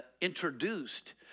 introduced